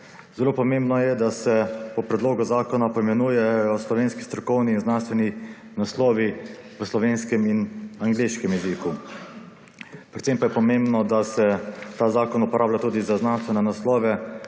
Zelo pomembno je, da se v predlogu poimenujejo slovenski strokovni in znanstveni naslovi v slovenskem in angleškem jeziku. Predvsem pa je pomembno, da se ta zakon uporablja tudi za znanstvene naslove,